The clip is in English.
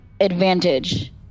advantage